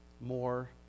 more